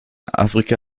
afrika